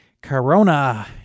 Corona